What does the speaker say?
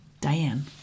Diane